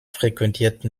frequentierten